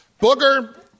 Booger